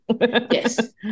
Yes